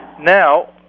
Now